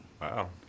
Wow